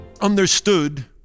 understood